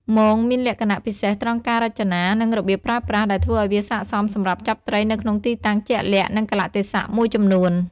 មងមានលក្ខណៈពិសេសត្រង់ការរចនានិងរបៀបប្រើប្រាស់ ដែលធ្វើឱ្យវាស័ក្តិសមសម្រាប់ចាប់ត្រីនៅក្នុងទីតាំងជាក់លាក់និងកាលៈទេសៈមួយចំនួន។